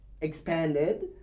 expanded